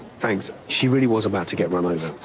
thanks. she really was about to get run over